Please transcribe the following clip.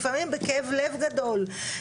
לפעמים בכאב לב גדול.